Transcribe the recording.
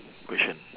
question